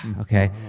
okay